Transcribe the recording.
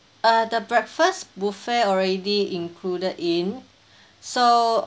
uh the breakfast buffet already included in so